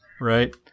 right